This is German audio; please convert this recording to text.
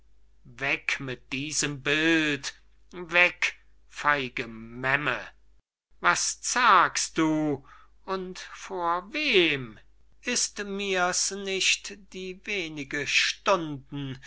weg mit diesem bild weg feige memme was zagst du und vor wem ist mir's nicht die wenige stunden